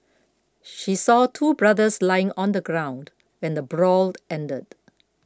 she saw two brothers lying on the ground when the brawl ended